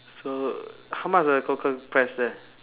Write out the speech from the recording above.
so how much the cockle price there